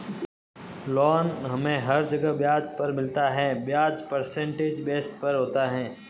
loan हमे हर जगह ब्याज पर मिलता है ब्याज परसेंटेज बेस पर होता है